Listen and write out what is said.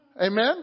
Amen